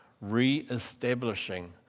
re-establishing